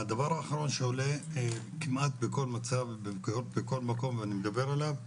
הדבר האחרון שעולה כמעט בכל מצב ובכל מקום אני מדבר עליו,